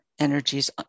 energies